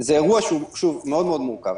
זה אירוע שהוא מאוד-מאוד מורכב.